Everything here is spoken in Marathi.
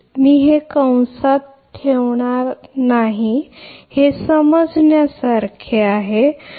मी हे कंसात ठेवणार नाही हे समजण्यासारखे आहे हे याच्या बरोबर आहे